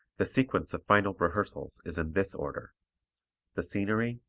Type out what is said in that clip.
the sequence of final rehearsals is in this order the scenery,